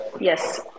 Yes